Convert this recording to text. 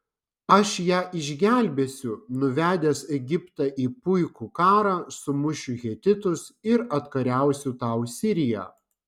aš ją išgelbėsiu nuvedęs egiptą į puikų karą sumušiu hetitus ir atkariausiu tau siriją